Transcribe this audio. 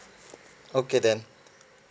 okay then